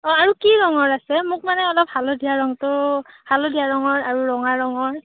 অঁ আৰু কি ৰঙৰ আছে মোক মানে অলপ হালধীয়া ৰঙটো হালধীয়া ৰঙৰ আৰু ৰঙা ৰঙৰ